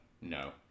no